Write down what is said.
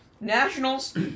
Nationals